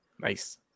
Nice